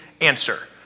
answer